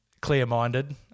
clear-minded